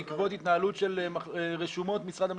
בעקבות התנהלות של רשומות משרד המשפטים.